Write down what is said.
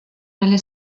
nelle